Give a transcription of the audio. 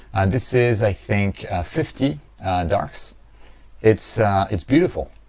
this is i think fifty darks it's it's beautiful.